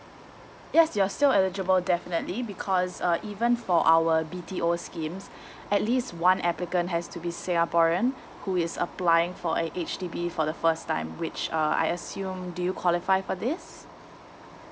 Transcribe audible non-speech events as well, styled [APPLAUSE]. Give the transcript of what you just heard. yes you're still eligible definitely because uh even for our B_T_O schemes [BREATH] at least one applicant has to be singaporean who is applying for a H_D_B for the first time which uh I assume do you qualify for this